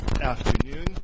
afternoon